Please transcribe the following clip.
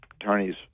attorneys